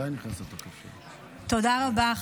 תודה רבה.